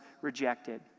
rejected